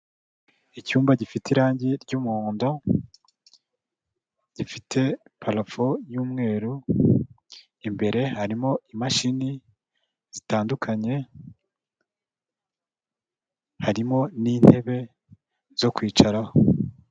Icyumba gifite irangi ry'umuhondo, harimo parafo y'umweru, imbere harimo imashini zitandukanye, harimo n'intebe zo kwicaraho.